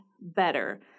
better